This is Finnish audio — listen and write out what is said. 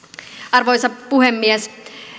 arvoisa puhemies